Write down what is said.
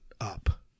up